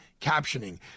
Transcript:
captioning